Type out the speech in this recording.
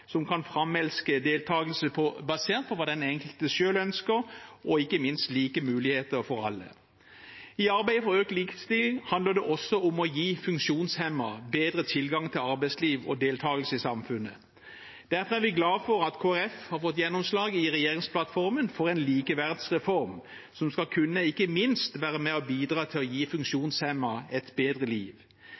som kan framelske deltakelse basert på hva den enkelte selv ønsker, og ikke minst like muligheter for alle. I arbeidet for økt likestilling handler det også om å gi funksjonshemmede bedre tilgang til arbeidsliv og deltakelse i samfunnet. Derfor er vi glade for at Kristelig Folkeparti i regjeringsplattformen har fått gjennomslag for en likeverdsreform, som ikke minst skal kunne være med på å bidra til å gi funksjonshemmede et bedre liv.